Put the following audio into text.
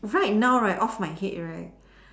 right now right off my head right